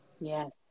Yes